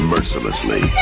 Mercilessly